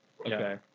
Okay